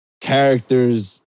characters